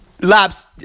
Labs